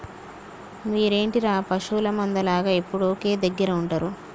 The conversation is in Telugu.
మీరేంటిర పశువుల మంద లాగ ఎప్పుడు ఒకే దెగ్గర ఉంటరు